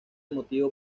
motivo